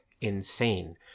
insane